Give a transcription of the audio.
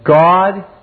God